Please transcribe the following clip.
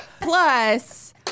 plus